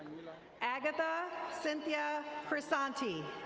agatha cynthia crisanti.